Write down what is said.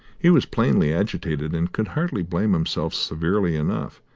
he was plainly agitated, and could hardly blame himself severely enough.